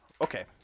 okay